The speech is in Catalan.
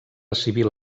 civil